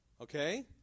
Okay